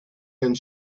and